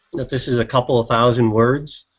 that this is a couple of thousand words,